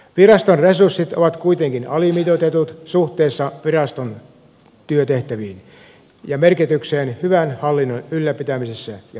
viraston resurssit ovat kuitenkin alimitoitetut suhteessa viraston työtehtäviin ja merkitykseen hyvän hallinnon ylläpitämisessä ja varmentamisessa